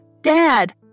Dad